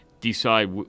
decide